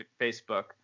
Facebook